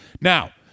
Now